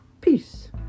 Peace